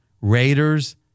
Raiders